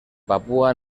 papua